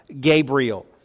Gabriel